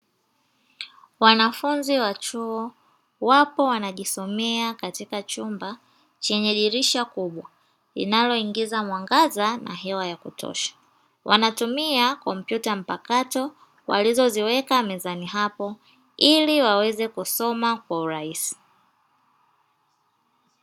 Wanafunzi wa chuo wapo wanajisomea katika chumba chenye dirisha kubwa, linaloingiza mwangaza na hewa ya kutosha wanatumia kompyuta mpakato walizoziweka mezani hapo, Ili waweze kusoma kwa urahisi.